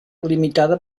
limitada